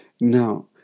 Now